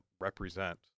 represent